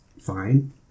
fine